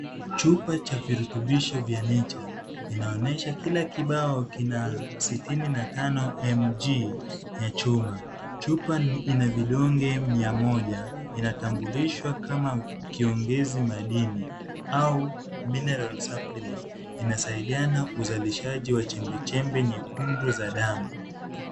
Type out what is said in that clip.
Chupa cha virutubisho vya Nature inaonyesha kila kibao kina sitini na tano mg ya chuma. Chupa ina vidonge mia moja inatambulishwa kama kiongezi madini au mineral suppliment . Inasaidiana uzalishaji wa chembe chembe nyekundu za damu.